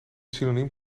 synoniem